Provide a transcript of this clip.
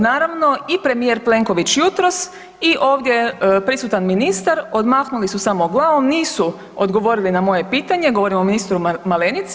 Naravno i premijer Plenković jutros i ovdje prisutan ministar odmahnuli su samo glavom, nisu odgovorili na moje pitanje, govorim o ministru Malenici.